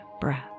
breath